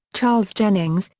charles jennings,